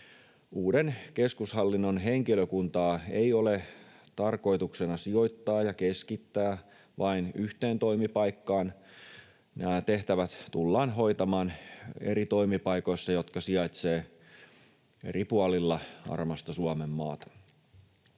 Uuden keskushallinnon henkilökuntaa ei ole tarkoitus sijoittaa ja keskittää vain yhteen toimipaikkaan. Nämä tehtävät tullaan hoitamaan eri toimipaikoissa, jotka sijaitsevat eri puolilla armasta Suomenmaata.